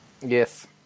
Yes